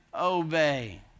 obey